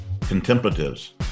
contemplatives